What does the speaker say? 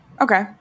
Okay